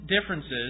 differences